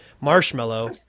Marshmallow